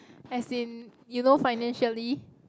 as in you know financially